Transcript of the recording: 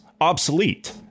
obsolete